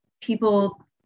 people